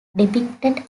depicted